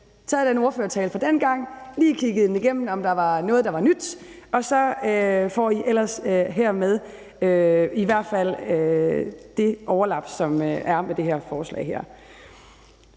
taget den ordførertale fra dengang, lige kigget den igennem, om der var noget, der var nyt, og så får I ellers hermed i hvert fald det overlap, der er med det her forslag her.